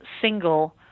single